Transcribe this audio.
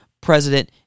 President